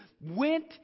went